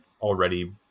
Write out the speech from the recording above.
already